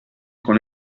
con